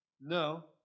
No